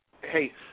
hey